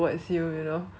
them in running